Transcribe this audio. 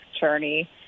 journey